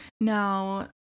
Now